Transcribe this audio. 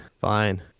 Fine